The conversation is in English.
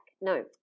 no